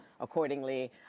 accordingly